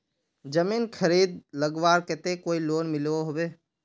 जमीन खरीद लगवार केते कोई लोन मिलोहो होबे?